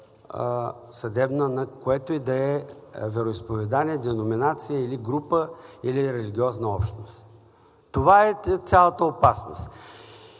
съдебна, на което и да е вероизповедание, деноминация или група, или религиозна общност. Това е цялата опасност.